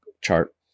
chart